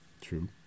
True